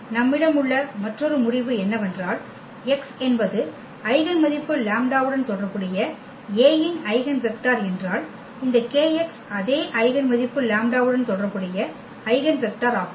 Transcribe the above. எனவே நம்மிடம் உள்ள மற்றொரு முடிவு என்னவென்றால் x என்பது ஐகென் மதிப்பு λ உடன் தொடர்புடைய A இன் ஐகென் வெக்டர் என்றால் இந்த kx அதே ஐகென் மதிப்பு λ உடன் தொடர்புடைய ஐகென் வெக்டர் ஆகும்